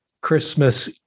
Christmas